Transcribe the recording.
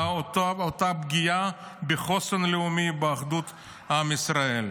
באותה פגיעה בחוסן הלאומי, באחדות עם ישראל.